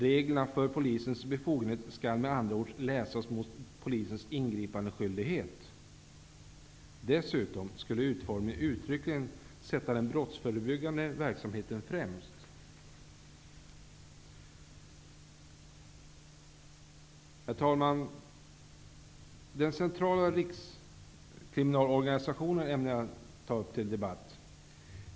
Reglerna för polisens befogenheter skall med andra ord läsas mot bakgrund av polisens ingripandeskyldighet. Dessutom skulle den av oss föreslagna utformningen uttryckligen sätta den brottsförebyggande verksamheten främst. Herr talman! Den centrala rikskriminalorganisationen ämnar jag ta upp till debatt.